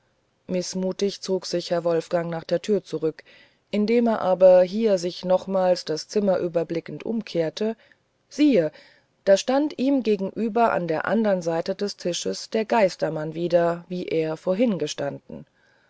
mißmutig zog sich herr wolfgang nach der tür zurück indem er aber hier sich nochmals das zimmer überblickend umkehrte siehe da stand ihm gegenüber an der andern seite des tisches der geistermann wieder wie er vorhin gestanden